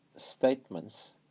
statements